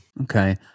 Okay